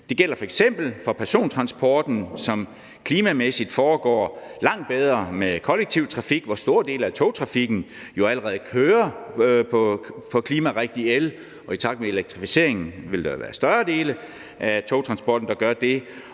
Det gælder f.eks. for persontransporten, som klimamæssigt foregår langt bedre med kollektiv trafik, hvor store dele af togtrafikken jo allerede kører på klimarigtig el – i takt med elektrificeringen vil der jo være større dele af togtransporten, der gør det